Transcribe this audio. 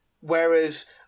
Whereas